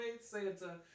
Santa